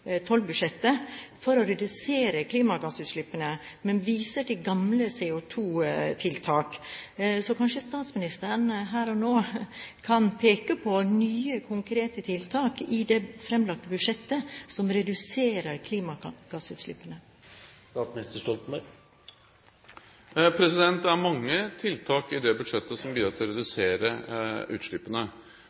for å redusere klimagassutslippene, men viser til gamle CO2-tiltak. Så kanskje statsministeren her og nå kan peke på nye, konkrete tiltak i det framlagte budsjettet som reduserer klimagassutslippene. Det er mange tiltak i det budsjettet som bidrar til å redusere utslippene.